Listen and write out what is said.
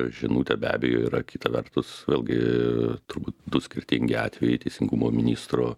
žinutė be abejo yra kita vertus vėlgi turbūt du skirtingi atvejai teisingumo ministro